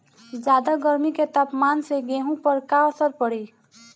ज्यादा गर्मी के तापमान से गेहूँ पर का असर पड़ी?